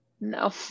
no